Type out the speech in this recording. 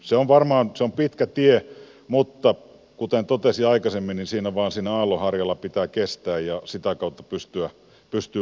se on pitkä tie mutta kuten totesin aikaisemmin siinä vain siinä aallonharjalla pitää kestää ja sitä kautta pystyy luomaan uutta